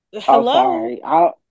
Hello